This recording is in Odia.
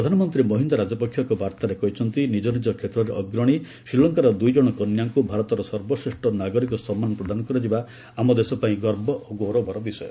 ପ୍ରଧାନମନ୍ତ୍ରୀ ମହିନ୍ଦା ରାଜପକ୍ଷ ଏକ ବାର୍ତ୍ତାରେ କହିଛନ୍ତି ନିଜ ନିଜ କ୍ଷେତ୍ରରେ ଅଗ୍ରଣୀ ଶ୍ରୀଲଙ୍କାର ଦୁଇଜଣ କନ୍ୟାଙ୍କୁ ଭାରତର ସର୍ବଶ୍ରେଷ୍ଠ ନାଗରିକ ସମ୍ମାନ ପ୍ରଦାନ କରାଯିବା ଆମଦେଶ ପାଇଁ ଗର୍ବ ଓ ଗୌରବର ବିଷୟ